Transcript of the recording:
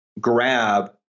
grab